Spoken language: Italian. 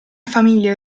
famiglia